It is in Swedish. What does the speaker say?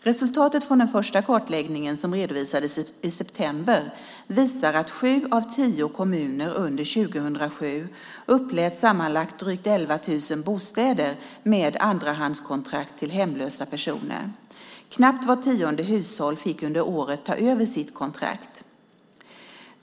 Resultatet från den första kartläggningen som redovisades i september visar att sju av tio kommuner under 2007 upplät sammanlagt drygt 11 000 bostäder med andrahandskontrakt till hemlösa personer. Knappt var tionde hushåll fick under året ta över sitt kontrakt.